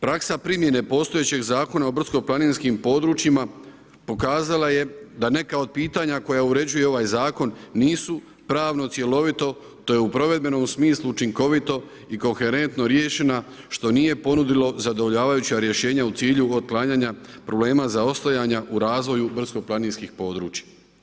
Praksa primjene postojećeg Zakona o brdsko-planinskim područjima pokazala je da neka od pitanja koja uređuje ovaj Zakon nisu pravno cjelovito, te u provedbenom smislu učinkovito i koherentno riješena, što nije ponudilo zadovoljavajuća rješenja u cilju otklanjanja problema za ostajanja u razvoju brdsko-planinskih područja.